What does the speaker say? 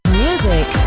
music